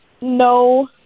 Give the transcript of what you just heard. No